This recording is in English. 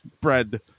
bread